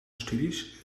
studies